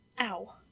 Ow